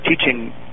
teaching